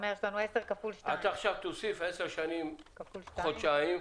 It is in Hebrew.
עכשיו תוסיף במשך עשר שנים חודשיים,